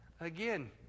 Again